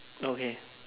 okay